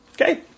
Okay